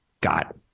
got